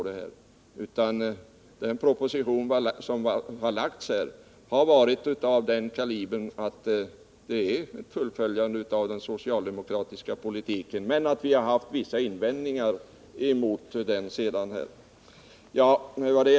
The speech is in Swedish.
Den proposition som är framlagd innebär ett fullföljande av den socialdemokratiska politiken, även om vi på vissa punkter har invändningar mot propositionens innehåll.